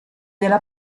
della